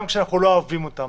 גם כשאנחנו לא אוהבים אותן.